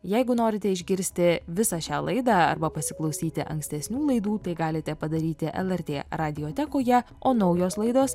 jeigu norite išgirsti visą šią laidą arba pasiklausyti ankstesnių laidų tai galite padaryti lrt radiotekoje o naujos laidos